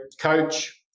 coach